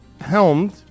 helmed